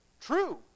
true